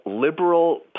liberal